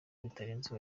bitarenze